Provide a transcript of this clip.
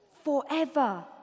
forever